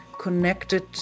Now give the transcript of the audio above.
connected